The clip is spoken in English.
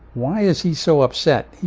why is he so upset?